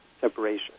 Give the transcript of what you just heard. separation